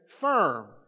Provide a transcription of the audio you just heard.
firm